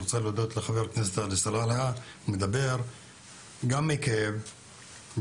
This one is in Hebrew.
אני רוצה להודות לחבר הכנסת עלי סלאלחה שמדבר מכאב ומחוסר,